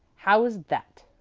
how's that?